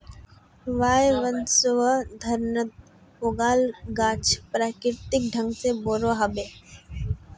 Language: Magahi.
वायवसंवर्धनत उगाल गाछ प्राकृतिक ढंग से बोरो ह बे